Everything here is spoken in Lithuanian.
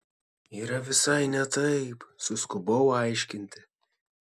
yra visai ne taip suskubau aiškinti